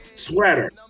sweater